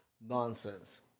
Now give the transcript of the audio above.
nonsense